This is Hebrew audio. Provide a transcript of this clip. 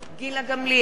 גילה גמליאל,